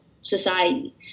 society